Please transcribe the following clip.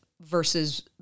versus